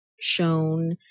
shown